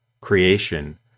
creation